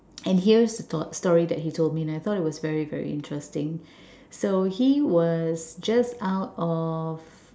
and here is the stor~ story that he told me and I thought it was very very interesting so he was just out of